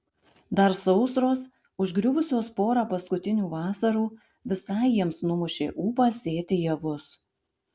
dar sausros užgriuvusios porą paskutinių vasarų visai jiems numušė ūpą sėti javus